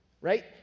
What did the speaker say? right